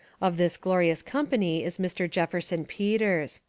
of this glorious company is mr. jefferson peters.